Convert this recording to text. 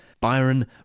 Byron